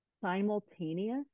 simultaneous